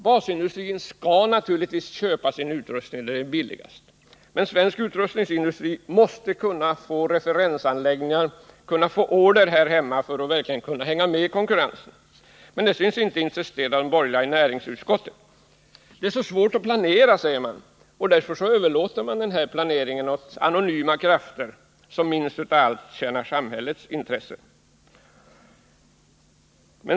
Basindustrin skall naturligtvis köpa sin utrustning där den är billigast, men svensk utrustningsindustri måste kunna få referensanläggningar och order här hemma för att verkligen hänga med i konkurrensen. Men detta synes inte intressera de borgerliga i utskottet. Det är så svårt att planera, säger de. Därför överlåter de denna planering till anonyma krafter, som minst av allt arbetar i samhällets intresse.